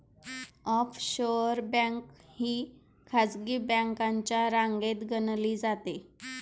offshore bank ही खासगी बँकांच्या रांगेत गणली जाते